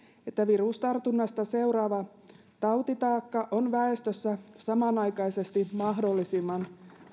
että virustartunnasta seuraava tautitaakka on väestössä samanaikaisesti mahdollisimman